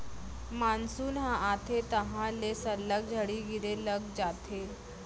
monsoon ह आथे तहॉं ले सल्लग झड़ी गिरे लग जाथे